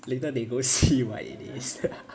later they go see what it is